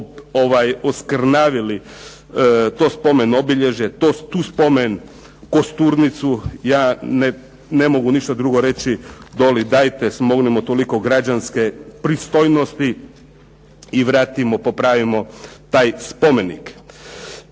oskrnavili to spomen obilježje, tu spomen kosturnicu. Ja ne mogu ništa drugo reći, do li dajte, smognimo toliko građanske pristojnosti i vratimo, popravimo taj spomenik.